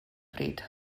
bryd